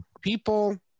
people